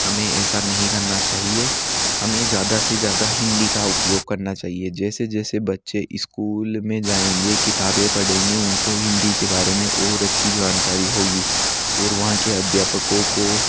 हमें ऐसा नहीं करना चाहिए हमें ज़्यादा से ज़्यादा हिंदी का उपयोग करना चाहिए जैसे जैसे बच्चे स्कूल में जाएंगे किताबें पड़ेंगे उन को हिंदी के बारे में और अच्छी जानकारी होगी और वहाँ के अध्यापकों को